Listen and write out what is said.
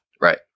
Right